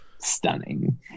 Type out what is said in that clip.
stunning